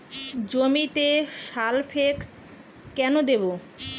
জমিতে সালফেক্স কেন দেবো?